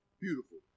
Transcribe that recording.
Beautiful